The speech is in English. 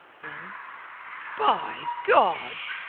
then by god!